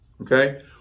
okay